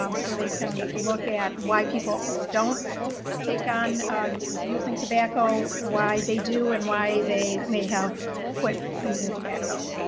um so they can look at why people don't take on using tobacco, why they do, and why they may have quit using tobacco.